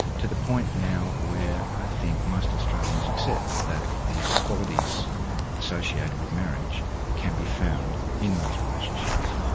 to the point now where i think most australians accept that the qualities associated with marriage can be found in those relationships.